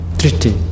treaty